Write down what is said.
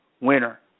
winner